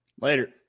Later